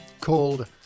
called